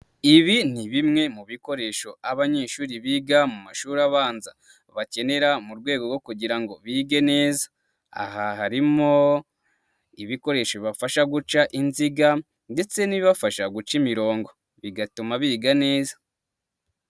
Ibi ni bimwe mu bikoresho abanyeshuri biga mu mashuri abanza, bakenera mu rwego rwo kugira ngo bige neza, aha harimo ibikoresho bibafasha guca inziga ndetse n'ibibafasha guca imirongo, bigatuma biga neza.